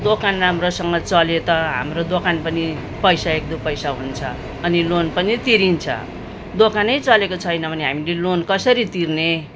दोकान राम्रोसँग चले त हाम्रो दोकान पनि पैसा एक दुई पैसा हुन्छ अनि लोन पनि तिरिन्छ दोकानै चलेको छैन भने हामीले लोन कसरी तिर्ने